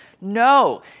No